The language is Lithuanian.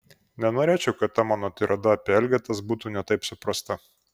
nenorėčiau kad ta mano tirada apie elgetas būtų ne taip suprasta